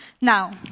Now